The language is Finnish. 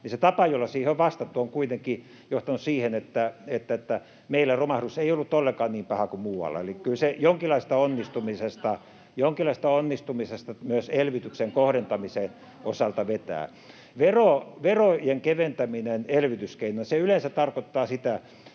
tapa, jolla siihen on vastattu, on kuitenkin johtanut siihen, että meillä romahdus ei ollut todellakaan niin paha kuin muualla. [Leena Meri: Sehän lohduttaa montaa!] Kyllä se jonkinlaisesta onnistumisesta myös elvytyksen kohdentamisen osalta kertoo. Verojen keventäminen elvytyskeinona yleensä tarkoittaa sitä,